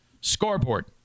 scoreboard